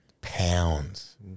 Pounds